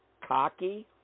cocky